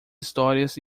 histórias